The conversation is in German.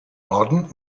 norden